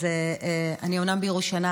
אז אני אומנם בירושלים,